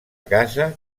casa